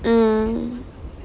mm